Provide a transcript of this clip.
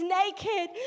naked